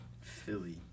Philly